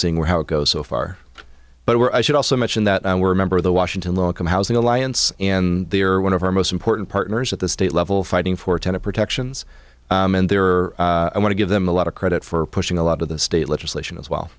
seeing how it goes so far but we're i should also mention that i were a member of the washington low income housing alliance and they are one of our most important partners at the state level fighting for ten of protections and there are i want to give them a lot of credit for pushing a lot of the state legislation as well